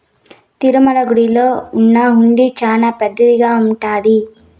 తిరుమల గుడిలో ఉన్న హుండీ చానా పెద్దదిగా ఉంటాది